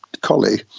collie